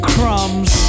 Crumbs